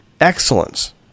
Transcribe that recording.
excellence